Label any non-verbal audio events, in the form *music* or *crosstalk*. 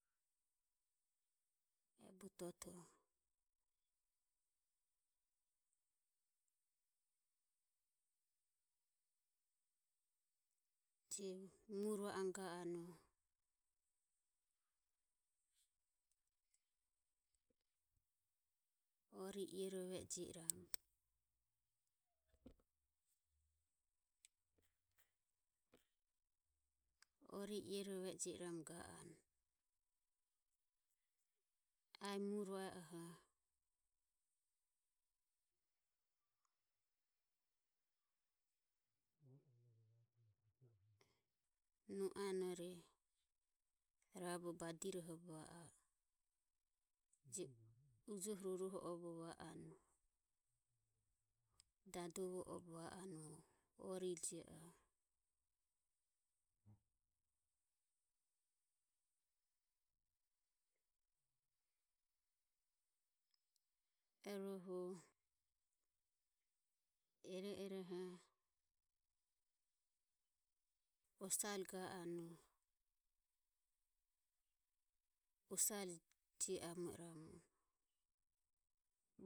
*unintelligible* Jio a e butoto je mure va omo ga anue ori iorove jio iramu ori iorove jio iramu ga anue. A e mure vaeoho nuanore rabo badiro hobe va a e je ujoho ruruho obe va anue. Dadovobe va anue ori jie ero eroho *unintelligible* osare ga anue osare jio amo iramu